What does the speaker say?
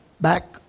back